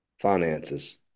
finances